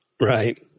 Right